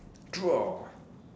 draw